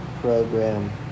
program